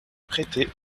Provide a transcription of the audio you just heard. prêtez